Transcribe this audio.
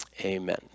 Amen